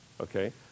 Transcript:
Okay